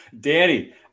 Danny